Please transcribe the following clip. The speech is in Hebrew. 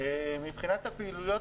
מבחינת הפעילויות